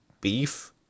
beef